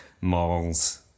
malls